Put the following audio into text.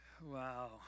Wow